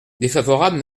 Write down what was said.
défavorable